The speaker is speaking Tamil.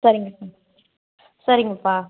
சரிங்கப்பா சரிங்கப்பா